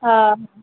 हा